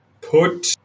put